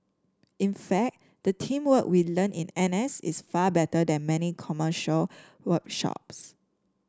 in fact the teamwork we learn in N S is far better than many commercial workshops